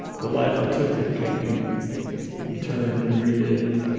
the life i took that can't be returned and relived.